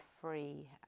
free